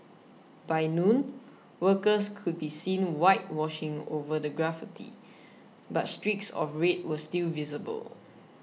by noon workers could be seen whitewashing over the graffiti but streaks of red were still visible